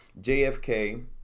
jfk